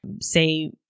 say